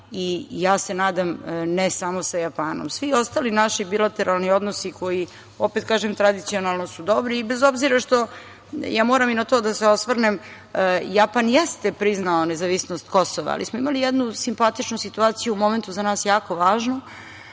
i ja se nadam, ne samo sa Japanom. Svi ostali naši bilateralni odnosi koji, opet kažem, tradicionalno su dobri i bez obzira što, ja moram i na to da se osvrnem, Japan jeste priznao nezavisnost Kosova, ali smo imali jednu simpatičnu situaciju u momentu za nas jako važnu,